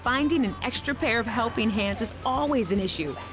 finding an extra pair of helping hands is always an issue.